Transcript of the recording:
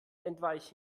entweichen